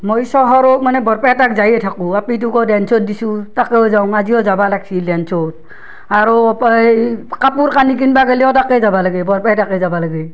মই চহৰক মানে বৰপেটাত যাইয়ে থাকোঁ আপীটুকো ডেন্সত দিছোঁ তাকেও যাওঁ আজিও যাব লাগিছিল ডেন্সত আৰু এই কাপোৰ কানি কিনিব গেলিও তাতে যাব লাগে বৰপেটাকে যাব লাগে